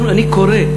אני קורא,